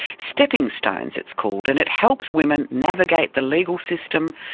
stepping stones it's called, and it helps women navigate the legal system,